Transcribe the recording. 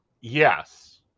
Yes